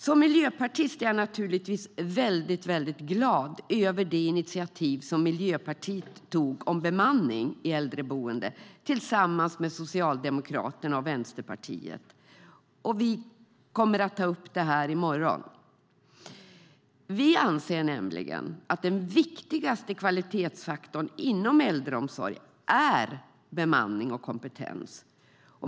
Som miljöpartist är jag naturligtvis väldigt glad över det initiativ som Miljöpartiet tog tillsammans med Socialdemokraterna och Vänsterpartiet om bemanning i äldreboenden. Vi kommer att ta upp det här i morgon. Vi anser nämligen att den viktigaste kvalitetsfaktorn inom äldreomsorgen är bemanning och kompetens.